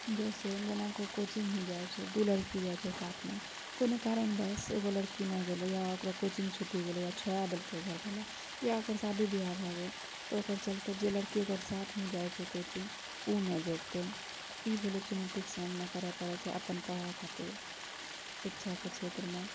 जैसे जेना कि कोचिङ्ग ही जाइ छै दू लड़की जाइ छै साथमे कोनो कारणवश एगो लड़की नहि गेलै या ओकरा जे कोचिंग छुटि गेलै या छोड़ाय देलकै घरवला या ओकर शादी बियाह भए गेलै एहि सब चलते जे लड़की ओकर साथमे जाइ छै कोचिंग ओ नहि जेतै ई भेलै चुनौतिके सामना करै पड़ै छै अपन पढ़ाइ खातिर शिक्षाके क्षेत्रमे